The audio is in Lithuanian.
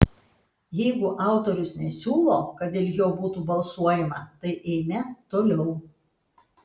jeigu autorius nesiūlo kad dėl jo būtų balsuojama tai eime toliau